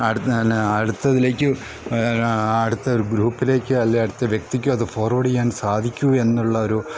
എന്നാ അടുത്തതിലേക്ക് അടുത്ത ഒരു ഗ്രൂപ്പിലേക്കോ അല്ലെങ്കിൽ അടുത്ത വ്യക്തിക്കോ അത് ഫോർവേഡ് ചെയ്യാൻ സാധിക്കൂ എന്നുള്ള ഒരു